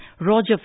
Roger